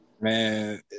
man